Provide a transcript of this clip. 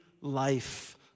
life